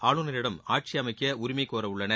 ஆளுநரிடம் ஆட்சி அமைக்க உரிமை கோரவுள்ளனர்